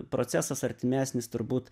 procesas artimesnis turbūt